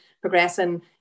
progressing